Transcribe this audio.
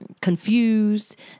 confused